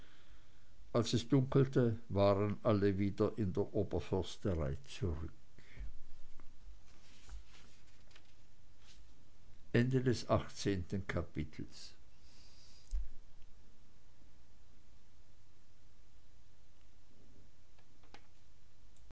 als es dunkelte waren alle wieder in der oberförsterei zurück